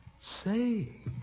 Say